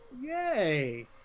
Yay